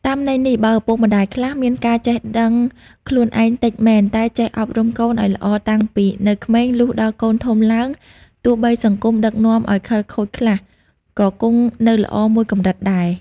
តាមន័យនេះ បើឪពុកម្ដាយខ្លះ មានការចេះដឹងខ្លួនឯងតិចមែន តែចេះអប់រំកូនឲ្យល្អតាំងពីនៅក្មេង លុះដល់កូនធំឡើង ទោះបីសង្គមដឹកនាំឲ្យខិលខូចខ្លះ ក៏គង់នៅល្អមួយកម្រិតដែរ ។